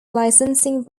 licensing